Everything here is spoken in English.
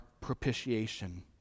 propitiation